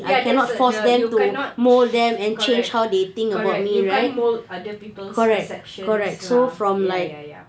ya that's the you cannot correct correct you can't mould other people's perceptions lah ya ya ya